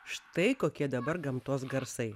štai kokie dabar gamtos garsai